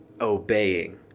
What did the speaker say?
obeying